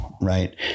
right